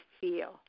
feel